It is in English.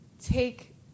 take